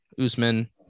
Usman